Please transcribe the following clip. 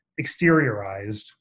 exteriorized